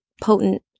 potent